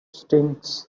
stinks